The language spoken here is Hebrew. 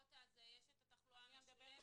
מהחלופות האלה יש את התחלואה המשולבת,